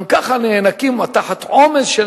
גם כך נאנקות תחת עומס של